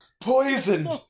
Poisoned